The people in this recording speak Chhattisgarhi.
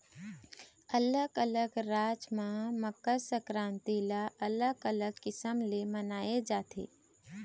अलग अलग राज म मकर संकरांति ल अलग अलग किसम ले मनाए जाथे